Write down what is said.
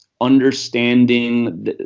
understanding